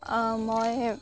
মই